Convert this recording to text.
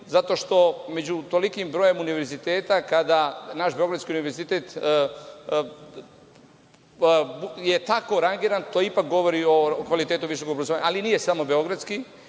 zato što među tolikim brojem univerziteta, kada naš Beogradski univerzitet je tako rangiran, to ipak govori o kvalitetu visokog obrazovanja, ali nije samo Beogradski,